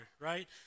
right